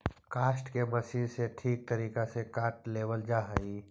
काष्ठ के मशीन से ठीक तरीका से काट लेवल जा हई